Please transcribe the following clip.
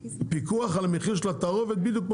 פיקוח על המערכת של התערובת בדיוק כמו